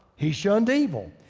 he shunned evil.